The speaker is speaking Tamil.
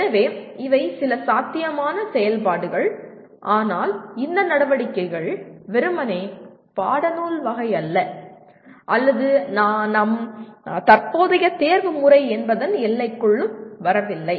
எனவே இவை சில சாத்தியமான செயல்பாடுகள் ஆனால் இந்த நடவடிக்கைகள் வெறுமனே பாடநூல் வகை அல்ல அல்லது நம் தற்போதைய தேர்வு முறை என்பதன் எல்லைக்குள் வரவில்லை